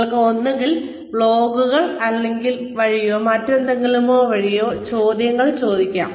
നിങ്ങൾക്ക് ഒന്നുകിൽ ബ്ലോഗുകൾ വഴിയോ മറ്റെന്തെങ്കിലുമോ വഴി ചോദ്യങ്ങൾ ചോദിക്കാം